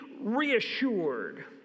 reassured